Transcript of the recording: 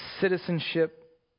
citizenship